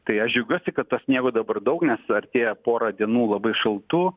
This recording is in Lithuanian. tai aš džiaugiuosi kad to sniego dabar daug nes artėja pora dienų labai šaltų